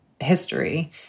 history